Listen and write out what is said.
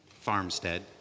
farmstead